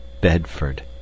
Bedford